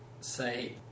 say